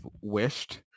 wished